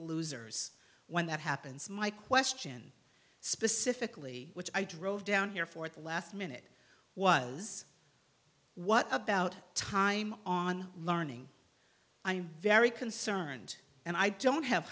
losers when that happens my question specifically which i drove down here for at the last minute was what about time on learning i'm very concerned and i don't have